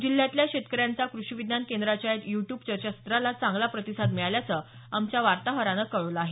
जिल्ह्यातल्या शेतकऱ्यांचा कृषी विज्ञान केंद्राच्या या युट्यूब चर्चासत्राला चांगला प्रतिसाद मिळाल्याचं आमच्या वार्ताहरानं कळवलं आहे